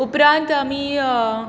उपरांत आमी